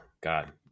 God